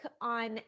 on